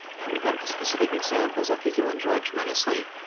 and we got into specific examples. i think you'll enjoy it tremendously.